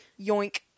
Yoink